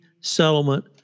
settlement